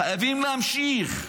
חייבים להמשיך כי